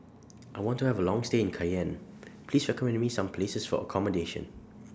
I want to Have A Long stay in Cayenne Please recommend Me Some Places For accommodation